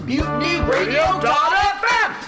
MutinyRadio.fm